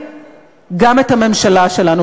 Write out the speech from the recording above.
גם את הממשלה שלנו,